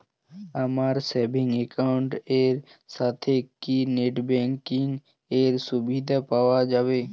আমার savings account এর সাথে কি নেটব্যাঙ্কিং এর সুবিধা পাওয়া যাবে?